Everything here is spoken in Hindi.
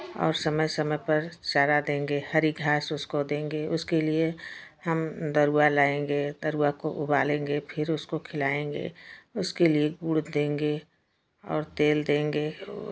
और समय समय पर चारा देंगे हरी घास उसको देंगे उसके लिए हम दरुआ लाएँगे दरुआ को उबालेंगे फिर उसको खिलाएँगे उसके लिए गुड़ देंगे और तेल देंगे